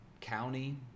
county